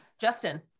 justin